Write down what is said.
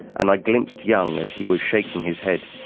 and i glimpsed young as he was shaking his head.